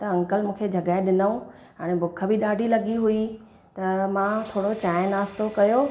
त अंकल मूंखे जगहि ॾिनी हाणे ॿुख बि ॾाढी लॻी हुई त मां थोरो चाहे नास्तो कयो